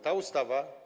Ta ustawa.